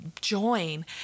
join